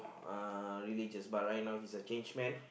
uh religious but right now he's a change man